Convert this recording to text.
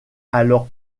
alors